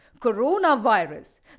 Coronavirus